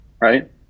right